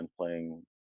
playing